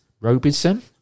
Robinson